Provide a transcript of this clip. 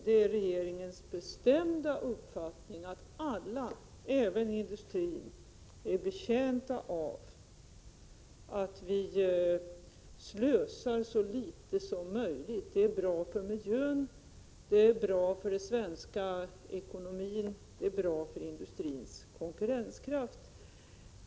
Det är regeringens bestämda uppfattning att alla, även industrin, är betjänta av att vi slösar så litet som möjligt. Det är bra för miljön, det är bra för den svenska ekonomin och det är bra för industrins konkurrenskraft.